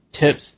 tips